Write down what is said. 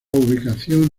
ubicación